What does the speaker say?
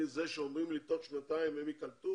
זה שאומרים לי שתוך שנתיים הם ייקלטו,